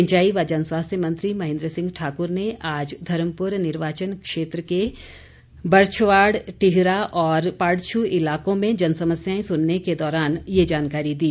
सिंचाई व जनस्वास्थ्य मंत्री महेन्द्र सिंह ठाकुर ने आज धर्मपुर निर्वाचन क्षेत्र के बरच्छवाड टिहरा और पाड्छू इलाकों में जनसमस्याएं सुनने के दौरान ये जानकारी दी